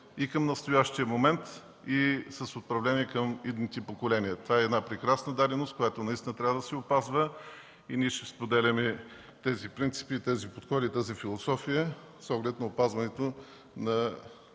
и към настоящия момент, и с управление към идните поколения. Това е прекрасна даденост, която наистина трябва да се опазва, и ние ще споделяме тези принципи, подходи, тази философия с оглед на опазването на